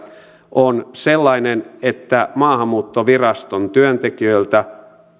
on sellainen että maahanmuuttoviraston työntekijöiltä